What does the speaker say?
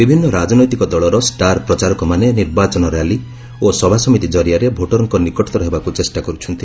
ବିଭିନ୍ନ ରାଜନୈତିକ ଦଳର ଷ୍ଟାର୍ ପ୍ରଚାରକମାନେ ନିର୍ବାଚନ ର୍ୟାଲି ଓ ସଭାସମିତି କରିଆରେ ଭୋଟରଙ୍କ ନିକଟତର ହେବାକୁ ଚେଷ୍ଟା କର୍ଚ୍ଛନ୍ତି